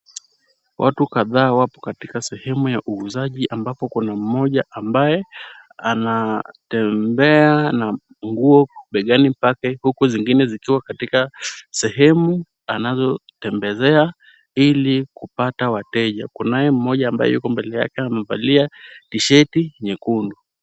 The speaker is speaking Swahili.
Watu kadhaa wapo katika sehemu ya uuzaji ambapo kuna mmoja ambaye anatembea na nguo begani pake huku zingine zikiwa katika sehemu anazotembezea ili kupata wateja. Kunaye mmoja ambaye yuko mbele yake amevalia t-shirt nyekundu.